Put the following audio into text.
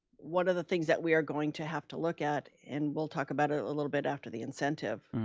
one of the things that we are going to have to look at, and we'll talk about it a little bit after the incentive,